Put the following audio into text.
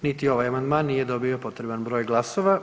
Niti ovaj amandman nije dobio potreban broj glasova.